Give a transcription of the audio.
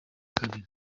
kabiri